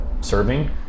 serving